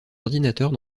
ordinateurs